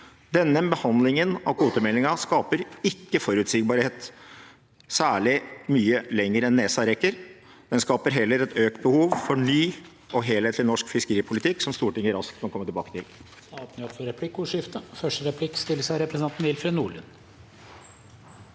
Denne behandlingen av kvotemeldingen skaper ikke forutsigbarhet særlig mye lenger enn nesa rekker. Den skaper heller et økt behov for ny og helhetlig norsk fiskeripolitikk, som Stortinget raskt må komme tilbake til.